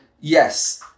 yes